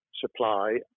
supply